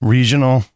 Regional